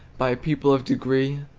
by people of degree,